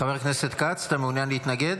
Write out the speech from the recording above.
חבר הכנסת כץ, אתה מעוניין להתנגד?